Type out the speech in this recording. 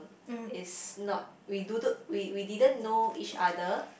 is not we d~ we didn't know each other